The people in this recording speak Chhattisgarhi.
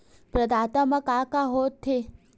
प्रदाता मा का का हो थे?